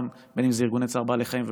בין אם זה ארגוני צער בעלי החיים,